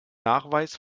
nachweis